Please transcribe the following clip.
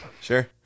sure